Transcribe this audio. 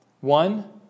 One